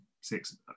six